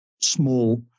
small